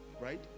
right